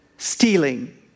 Stealing